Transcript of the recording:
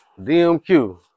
DMQ